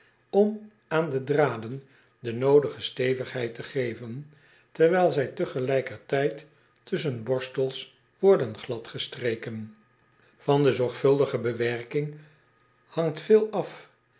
om aan de draden de noodige stevigheid te geven terwijl zij tegelijkertijd tusschen borstels worden gladgestreken an de zorgvuldige bewerking hangt veel af